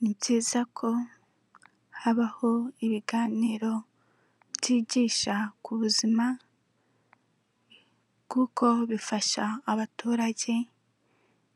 Ni byiza ko habaho ibiganiro byigisha ku buzima kuko bifasha abaturage